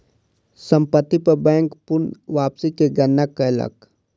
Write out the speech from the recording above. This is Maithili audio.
संपत्ति पर बैंक पूर्ण वापसी के गणना कयलक